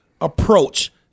approach